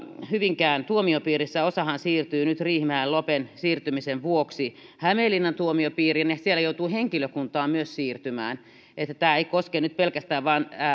hyvinkään tuomiopiirissä osahan siirtyy nyt riihimäen ja lopen siirtymisen vuoksi hämeenlinnan tuomiopiiriin siellä joutuu henkilökuntaa myös siirtymään niin että tämä ei koske nyt pelkästään